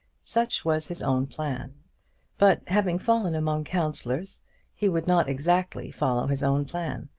such was his own plan but having fallen among counsellors he would not exactly follow his own plan,